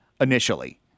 initially